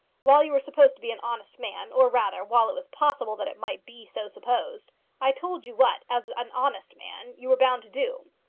while you were supposed to be an honest man or, rather, while it was possible that it might be so supposed i told you what, as an honest man, you were bound to do.